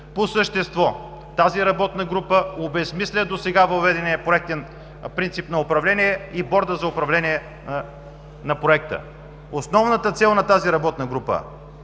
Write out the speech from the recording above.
По същество тя обезсмисля досега въведения проектен принцип на управление и Борда за управление на Проекта. Основната цел на тази работна група